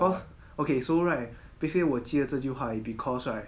cause okay so right basically 我记得这句话 it because right